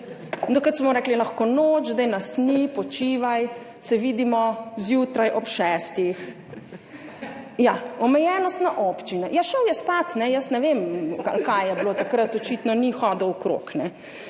Takrat smo rekli: »Lahko noč, zdaj nas ni, počivaj, se vidimo zjutraj ob šestih.« Omejenost na občine. Ja šel je spat, jaz ne vem, ali kaj je bilo takrat. Očitno ni hodil okrog.